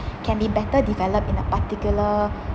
can be better developed in a particular